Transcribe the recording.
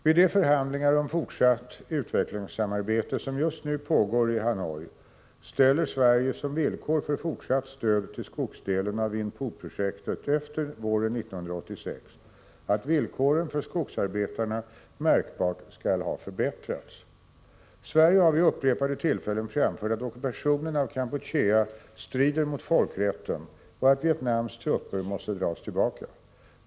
Vid de förhandlingar om fortsatt utvecklingssamarbete som just nu pågår i Hanoi den 28-31 maj ställer Sverige som villkor för fortsatt stöd till skogsdelen av Vinh Phu-projektet efter våren 1986 att villkoren för skogsarbetarna märkbart skall ha förbättrats. Sverige har vid upprepade tillfällen framfört att ockupationen av Kampuchea strider mot folkrätten och att Vietnams trupper måste dras tillbaka.